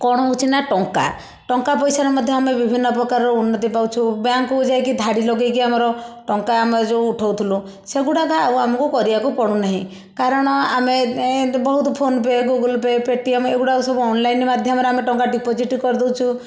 କ'ଣ ହଉଛି ନା ଟଙ୍କା ଟଙ୍କା ପଇସାରେ ମଧ୍ୟ ଆମେ ବିଭିନ୍ନ ପ୍ରକାର ଉନ୍ନତି ପାଉଛୁ ବ୍ୟାଙ୍କକୁ ଯାଇକି ଧାଡ଼ି ଲଗାଇକି ଆମର ଟଙ୍କା ଆମର ଯେଉଁ ଉଠଉଥିଲୁ ସେଗୁଡ଼ାକ ଆଉ ଆମକୁ କରିବାକୁ ପଡ଼ୁନାହିଁ କାରଣ ଆମେ ଏ ଏମତି ବହୁତ ଫୋନପେ ଗୁଗଲପେ ପେଟିଏମ୍ ଏଗୁଡ଼ାକ ସବୁ ଅନଲାଇନ୍ ମାଧ୍ୟମରେ ଆମେ ଟଙ୍କା ଡିପୋଜିଟ କରିଦଉଛୁ